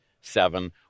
seven